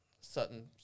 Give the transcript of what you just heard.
certain